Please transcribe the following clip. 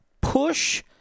push